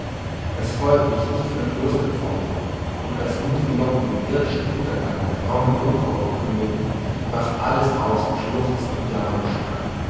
das volk wich nicht von der klosterpforte und als nun die glocken den irdischen untergang der frommen jungfrau verkündeten brach alles aus in schluchzen und